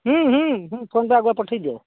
ହୁଁ ହୁଁ ହୁଁ ଫୋନ୍ ପେ ଆଗୁଆ ପଠେଇ ଦିଅ